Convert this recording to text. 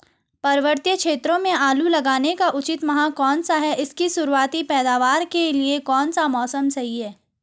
पर्वतीय क्षेत्रों में आलू लगाने का उचित माह कौन सा है इसकी शुरुआती पैदावार के लिए कौन सा मौसम सही है?